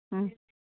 ಹ್ಞೂ